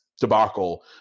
debacle